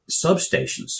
substations